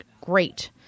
great